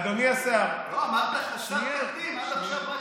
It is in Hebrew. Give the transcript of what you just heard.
לא, אמרת "חסר תקדים".